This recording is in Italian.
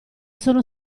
sono